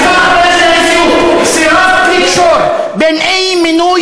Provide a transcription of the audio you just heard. בישיבה האחרונה של הנשיאות סירבת לקשור בין אי-מינוי